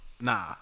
Nah